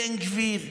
בן גביר,